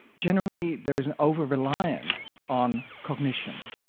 generally there is an over-reliance on cognition.